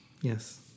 Yes